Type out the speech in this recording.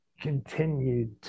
continued